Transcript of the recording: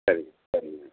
சரி சரிங்க